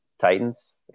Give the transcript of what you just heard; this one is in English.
Titans